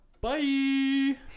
Bye